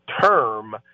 term